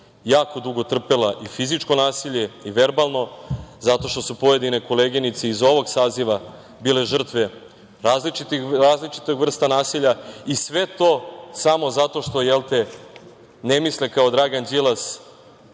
jako dugo trpela i fizičko nasilje i verbalno, zato što su pojedine koleginice iz ovog saziva bile žrtve različitih vrsta nasilja i sve to samo zato što, jel te, ne misle kao Dragan Đilas,